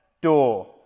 door